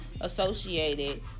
associated